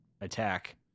attack